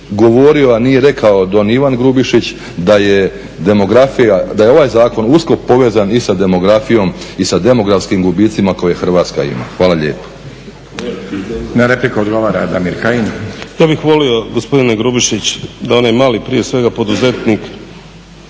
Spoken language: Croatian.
govorio a nije rekao don Ivan Grubišić da je demografija, da je ovaj Zakon usko povezan i sa demografijom i sa demografskim gubicima koje Hrvatska ima. Hvala lijepo. **Stazić, Nenad (SDP)** Na repliku odgovara Damir Kajin. **Kajin, Damir (ID - DI)** Ja bih volio gospodine Grubišić da onaj mali prije svega poduzetnik